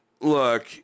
look